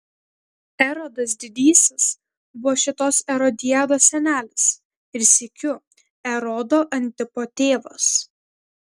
erodas didysis buvo šitos erodiados senelis ir sykiu erodo antipo tėvas